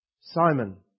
Simon